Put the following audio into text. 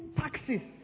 taxes